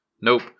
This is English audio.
Nope